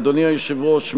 אדוני היושב-ראש,